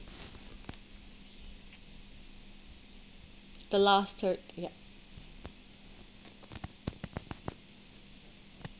the last third yup